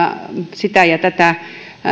sitä ja tätä